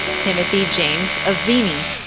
timothy james aveni,